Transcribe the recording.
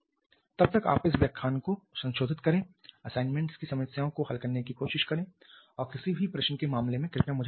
तब तक आप इस व्याख्यान को संशोधित करें असाइनमेंट की समस्याओं को हल करने की कोशिश करें और किसी भी प्रश्न के मामले में कृपया मुझे वापस लिखें